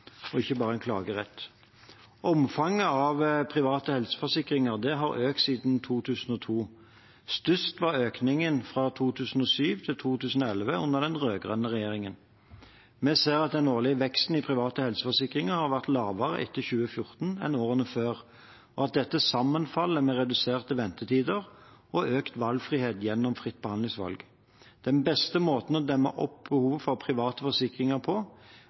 klagerett. Omfanget av private helseforsikringer har økt siden 2002. Størst var økningen fra 2007 til 2011, under den rød-grønne regjeringen. Vi ser at den årlige veksten i private helseforsikringer har vært lavere etter 2014 enn i årene før, og at dette sammenfaller med reduserte ventetider og økt valgfrihet gjennom fritt behandlingsvalg. Den beste måten å demme opp for behovet for private forsikringer på,